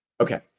Okay